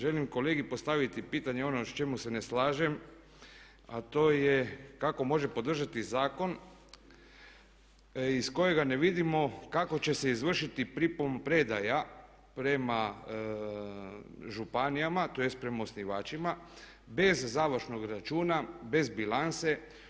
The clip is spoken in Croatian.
Želim kolegi postaviti pitanje ono u čemu se ne slažem a to je kako može podržati zakon iz kojega ne vidimo kako će se izvršiti primopredaja prema županijama, tj. prema osnivačima bez založnog računa, bez bilance.